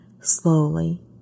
Slowly